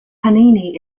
panini